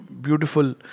beautiful